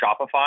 Shopify